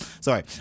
Sorry